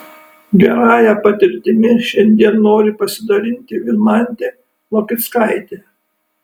gerąja patirtimi šiandien nori pasidalinti vilmantė lokcikaitė